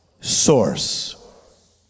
source